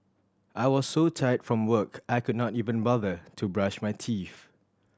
I was so tired from work I could not even bother to brush my teeth